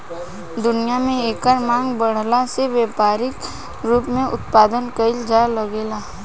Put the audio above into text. दुनिया में एकर मांग बाढ़ला से व्यावसायिक रूप से उत्पदान कईल जाए लागल